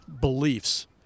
beliefs